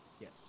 Yes